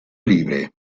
libre